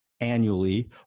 annually